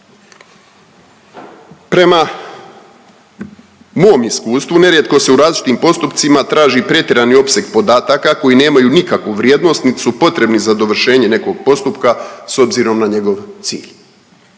Prema mom iskustva nerijetko se u različitim postupcima traži pretjerani opseg podataka koji nemaju nikakvu vrijednost, niti su potrebni za dovršenje nekog postupka s obzirom na njegov cilj.